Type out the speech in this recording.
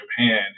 Japan